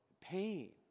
pain